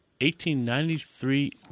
1893